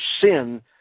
sin